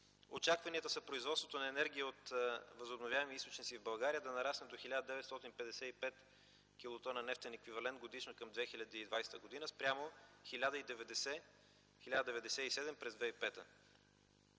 очакванията са производството на енергия от възобновяеми източници в България да нарасне до 1955 килотона нефтен еквивалент годишно към 2020 г. спрямо 1090-1097 през 2005